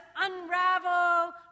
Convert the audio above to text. unravel